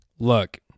Look